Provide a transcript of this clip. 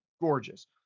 gorgeous